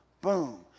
boom